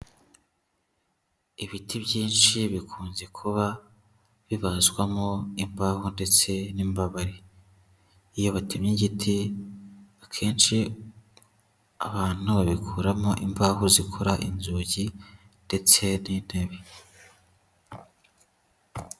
Ibiti byinshi bikunze kuba bibazwamo imbaho ndetse n'imbabari, iyo batemye igiti akenshi abantu babikuramo imbaho zikora inzugi ndetse n'intebe.